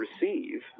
receive